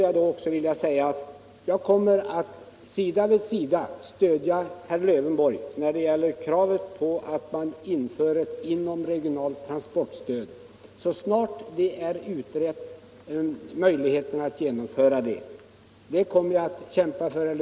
Jag kommer att stå på herr Lövenborgs sida och stödja honom när det gäller kravet på ett inomregionalt transportstöd så snart möjligheterna att genomföra ett sådant har utretts. Jag kommer att kämpa för detta.